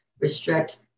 restrict